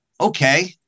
okay